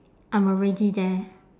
I'm already there